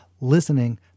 Listening